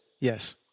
Yes